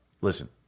listen